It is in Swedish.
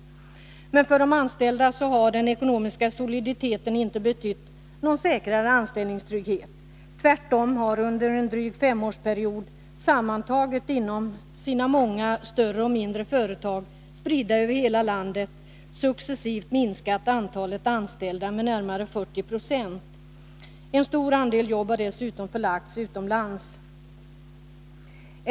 Men för de anställda har den ekonomiska soliditeten inte betytt någon större anställningstrygghet. Tvärtom har L M Ericsson under en dryg femårsperiod sammantaget inom sina många större och mindre företag, spridda över hela landet, successivt minskat antalet anställda med närmare 40 90. En stor andel jobb har dessutom förlagts utomlands.